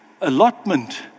allotment